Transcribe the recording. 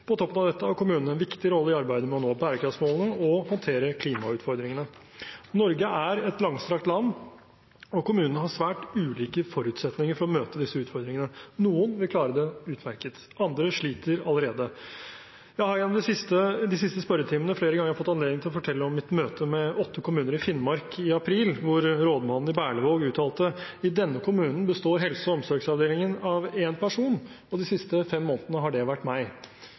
På toppen av dette har kommunene en viktig rolle i arbeidet med å nå bærekraftsmålene og håndtere klimautfordringene. Norge er et langstrakt land, og kommunene har svært ulike forutsetninger for å møte disse utfordringene. Noen vil klare det utmerket, andre sliter allerede. Jeg har gjennom de siste spørretimene flere ganger fått anledning til å fortelle om mitt møte med åtte kommuner i Finnmark i april, hvor rådmannen i Berlevåg uttalte: I denne kommunen består helse- og omsorgsavdelingen av én person, og de siste fem månedene har det vært meg.